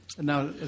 Now